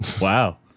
Wow